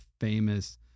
famous